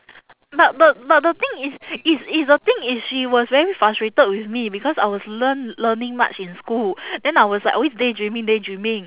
but but but the thing is is is the thing is she was very frustrated with me because I was learn learning much in school then I was like always daydreaming daydreaming